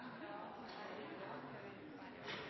har. Jeg er